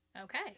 Okay